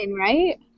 right